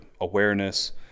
awareness